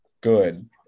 good